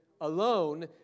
alone